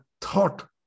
thought